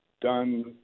done